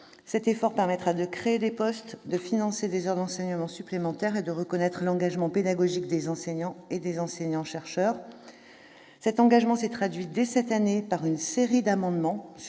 Cet effort permettra de créer des postes, de financer des heures d'enseignement supplémentaires et de reconnaître l'engagement pédagogique des enseignants et des enseignants-chercheurs. Cet engagement s'est traduit dès cette année par une série d'amendements